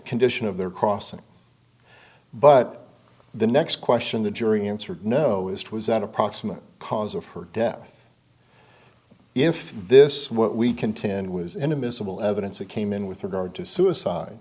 condition of their crossing but the next question the jury answered no it was an approximate cause of her death if this what we contend was in a miserable evidence that came in with regard to suicide